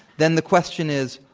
then the question is,